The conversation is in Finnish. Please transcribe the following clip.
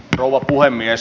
rouva puhemies